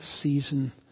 season